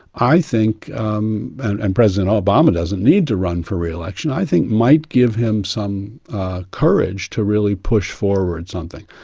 i think um and president obama doesn't need to run for re-election i think might give him some courage to really push forward something.